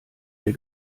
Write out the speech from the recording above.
wir